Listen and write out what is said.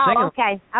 Okay